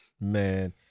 Man